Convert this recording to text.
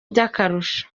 by’akarusho